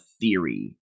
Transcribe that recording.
theory